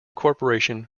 corporation